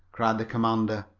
cried the commander.